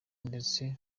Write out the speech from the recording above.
ndetse